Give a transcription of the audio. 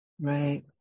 Right